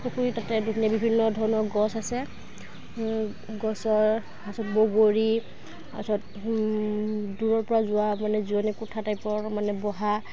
পুখুৰী তাতে ধুনীয়া বিভিন্ন ধৰণৰ গছ আছে গছৰ তাৰ পাছত বগৰী তাৰ পাছত দূৰৰপৰা যোৱা মানে জিৰণি কোঠা টাইপৰ মানে বহা